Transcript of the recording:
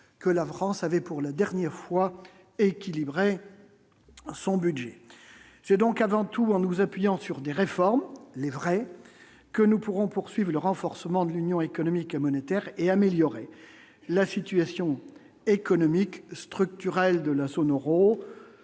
que la France avait, pour la dernière fois équilibrer son budget, c'est donc avant tout en nous appuyant sur des réformes, les vrais que nous pourrons poursuivre le renforcement de l'union économique et monétaire et améliorer la situation économique structurelle de la sonore